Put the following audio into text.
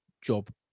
job